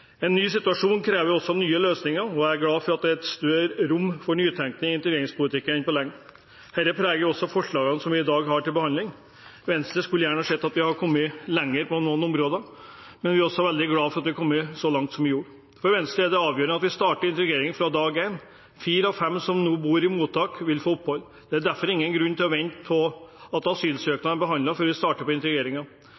En ny situasjon krever også nye løsninger. Jeg er glad det er større rom for nytenkning i integreringspolitikken enn på lenge. Dette preger også forslagene vi har til behandling i dag. Venstre skulle gjerne sett at vi hadde kommet lenger på noen områder, men vi er veldig glad for at vi har kommet så langt som vi har. For Venstre er det avgjørende at vi starter integreringen fra dag én. Fire av fem som nå bor i mottak, vil få opphold. Derfor er det ingen grunn til å vente på at